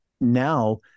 Now